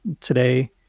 today